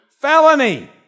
felony